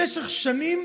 במשך שנים